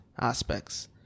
aspects